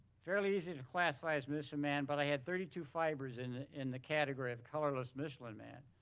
fairly easy to classify as michelin man but i had thirty two fibers in in the category of colorless michelin man.